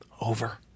over